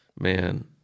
Man